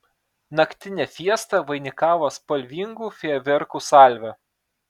naktinę fiestą vainikavo spalvingų fejerverkų salvė